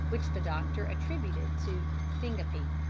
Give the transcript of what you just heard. which the doctor attributed to syncope.